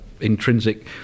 intrinsic